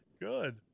Good